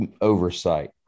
oversight